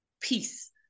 peace